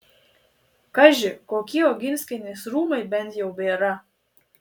kaži kokie oginskienės rūmai bent jau bėra